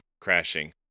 crashing